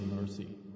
mercy